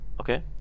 Okay